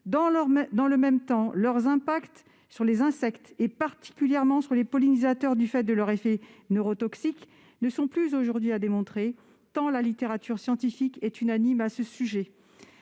Dans le même temps, leur impact sur les insectes, particulièrement sur les pollinisateurs du fait de leurs effets neurotoxiques, n'est plus aujourd'hui à démontrer, tant la littérature scientifique est unanime à ce sujet.